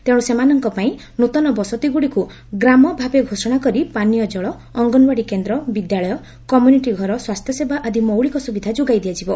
ତେଣୁ ସେମାନଙ୍କ ପାଇଁ ନୁତନ ବସତିଗୁଡ଼ିକୁ ଗ୍ରାମ ଭାବେ ଘୋଷଣା କରି ପାନୀୟ ଜଳ ଅଙ୍ଗନଓ୍ୱାର୍ଡି କେନ୍ଦ୍ର ବିଦ୍ୟାଳୟ କମ୍ୟୁନିଟି ଘର ସ୍ୱାସ୍ଥ୍ୟ ସେବା ଆଦି ମୌଳିକ ସୁବିଧା ଯୋଗାଇ ଦିଆଯିବ